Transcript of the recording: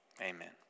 Amen